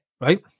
right